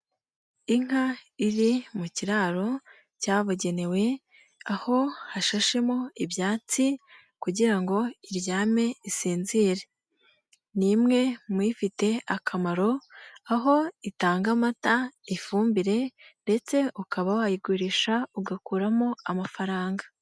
Inka iri mu kiraro cyabugenewe aho hashashemo ibyatsi kugira ngo iryame isinzire, ni imwe mu yifite akamaro aho itanga amata, ifumbire ndetse ukaba wayigurisha ugakuramo amafaranga.